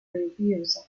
reviews